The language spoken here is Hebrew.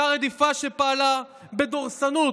אותה רדיפה שפעלה בדורסנות